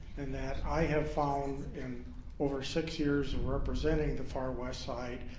and that i have found in over six years of representing the far west side,